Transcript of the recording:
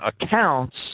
accounts